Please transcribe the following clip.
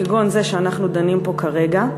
כגון זו שאנחנו דנים בה כרגע,